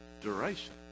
duration